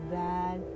bad